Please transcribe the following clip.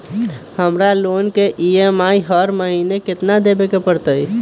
हमरा लोन के ई.एम.आई हर महिना केतना देबे के परतई?